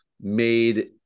made